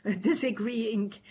disagreeing